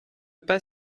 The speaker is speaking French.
pas